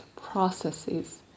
processes